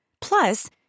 Plus